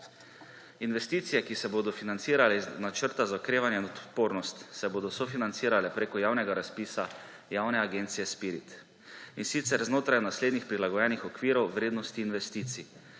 Investicije, ki se bodo financirale iz Načrta za okrevanje in odpornost se bodo sofinancirala preko javnega razpisa javne agencije SPIRIT, in sicer znotraj naslednjih prilagojenih okvirov vrednosti investicij: